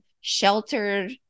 sheltered